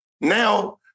Now